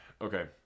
okay